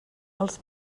els